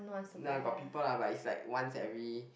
nah got people lah but it's like once every